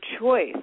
choice